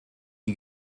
die